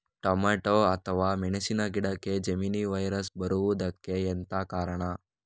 Tomato ಅಥವಾ ಮೆಣಸಿನ ಗಿಡಕ್ಕೆ ಜೆಮಿನಿ ವೈರಸ್ ಬರುವುದಕ್ಕೆ ಎಂತ ಕಾರಣ?